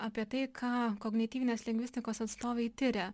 apie tai ką kognityvinės lingvistikos atstovai tiria